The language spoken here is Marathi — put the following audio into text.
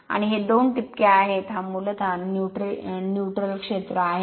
आणि हे दोन ठिपके येथे आहेत हा मूलतः न्यूट्रलक्षेत्र आहे